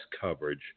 coverage